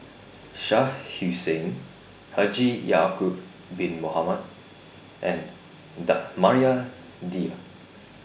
Shah Hussain Haji Ya'Acob Bin Mohamed and Maria Dyer